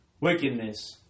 wickedness